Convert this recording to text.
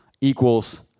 equals